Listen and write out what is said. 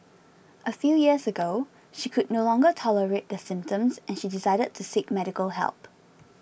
a few years ago she could no longer tolerate the symptoms and she decided to seek medical help